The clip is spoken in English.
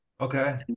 Okay